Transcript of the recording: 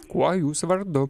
kuo jūs vardu